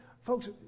Folks